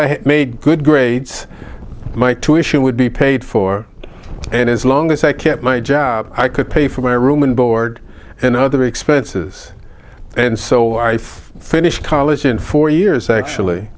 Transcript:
i made good grades my two issue would be paid for and as long as i kept my job i could pay for my room and board and other expenses and so i finished college in four years actually